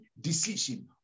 decision